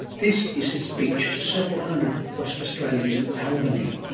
this is his speech to several hundred west australians in albany.